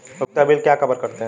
उपयोगिता बिल क्या कवर करते हैं?